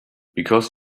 because